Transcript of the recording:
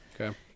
Okay